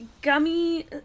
Gummy